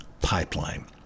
Pipeline